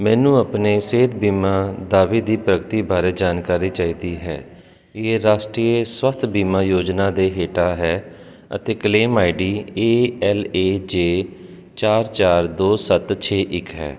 ਮੈਨੂੰ ਆਪਣੇ ਸਿਹਤ ਬੀਮਾ ਦਾਅਵੇ ਦੀ ਪ੍ਰਗਤੀ ਬਾਰੇ ਜਾਣਕਾਰੀ ਚਾਹੀਦੀ ਹੈ ਇਹ ਰਾਸ਼ਟਰੀ ਸਵਾਸਥਯ ਬੀਮਾ ਯੋਜਨਾ ਦੇ ਹੇਠਾਂ ਹੈ ਅਤੇ claim I D A L A J ਚਾਰ ਚਾਰ ਦੋ ਸੱਤ ਛੇ ਇੱਕ ਹੈ